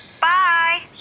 Bye